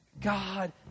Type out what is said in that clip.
God